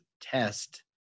test